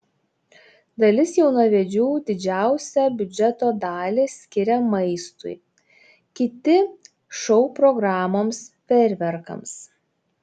dalis jaunavedžių didžiausią biudžeto dalį skiria maistui kiti šou programoms fejerverkams